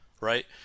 right